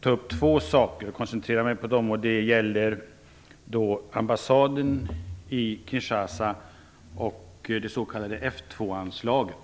tänker jag koncentrera mig på två saker. Det gäller ambassaden i Kinshasa och det s.k. F 2-anslaget.